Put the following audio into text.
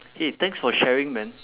!hey! thanks for sharing man